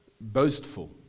Boastful